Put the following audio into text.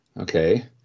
Okay